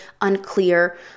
unclear